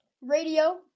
radio